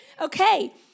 okay